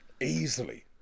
Easily